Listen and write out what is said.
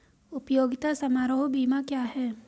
उपयोगिता समारोह बीमा क्या है?